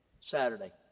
Saturday